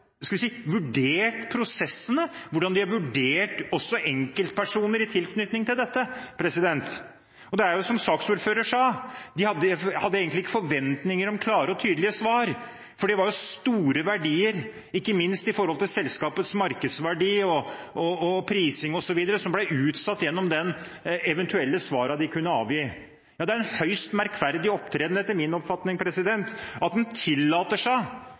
vurdert prosessene, hvordan de har vurdert også enkeltpersoner i tilknytning til dette. Det er som saksordføreren sa, at de hadde egentlig ikke forventninger om klare og tydelige svar, fordi store verdier – ikke minst med hensyn til selskapenes markedsverdi og prising og så videre – ble utsatt gjennom de svarene de eventuelt kunne avgi. Det er etter min oppfatning en høyst merkverdig opptreden at man i kontrollkomiteen tillater seg